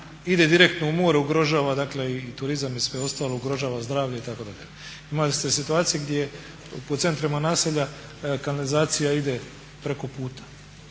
ide direktno u more, ugrožava dakle i turizam i sve ostalo, ugrožava zdravlje itd. Imali ste situacije gdje po centrima naselja kanalizacija ide preko puta